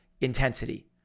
intensity